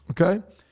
okay